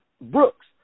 Brooks